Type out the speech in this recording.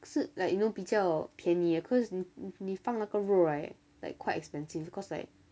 可是 like you know 比较便宜哦 cause 你放那个肉 right like quite expensive cause like